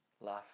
life